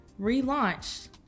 relaunched